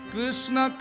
Krishna